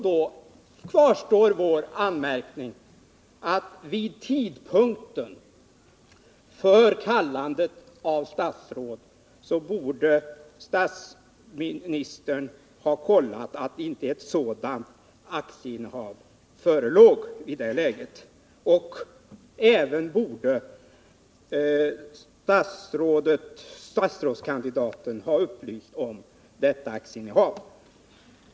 Då kvarstår vår anmärkning att statsministern vid tidpunkten för kallandet av statsråd borde ha kollat att ett sådant aktieinnehav inte förelåg i det läget. Statsrådskandidaten borde därvid även ha upplysts om varför han inte borde inneha dessa aktier i fortsättningen.